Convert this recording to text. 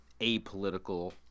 apolitical